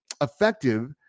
effective